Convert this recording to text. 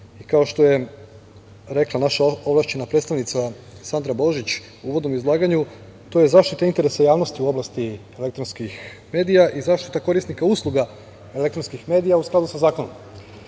što je rekla naša ovlašćena predstavnica Sandra Božić u uvodom izlaganju, to je zaštita interesa javnosti u oblasti elektronskih medija i zaštita korisnika usluga elektronskih medija, a u skladu sa zakonom.Zašto